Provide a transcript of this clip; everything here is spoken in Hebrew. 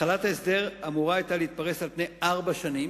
החלת ההסדר אמורה היתה להתפרס על פני ארבע שנים